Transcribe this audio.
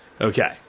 Okay